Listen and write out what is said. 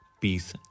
peace